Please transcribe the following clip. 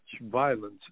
violence